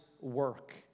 work